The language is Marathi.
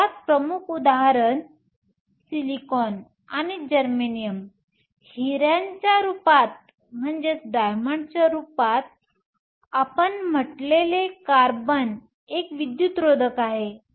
तर सर्वात प्रमुख उदाहरण सिलिकॉन आणि जर्मेनियम हिऱ्याच्या डायमंडच्या रूपात आपण म्हटलेले कार्बन एक विद्युतरोधक आहे